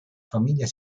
famiglia